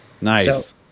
Nice